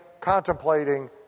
contemplating